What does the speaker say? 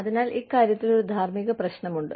അതിനാൽ ഇക്കാര്യത്തിൽ ഒരു ധാർമ്മിക പ്രശ്നമുണ്ട്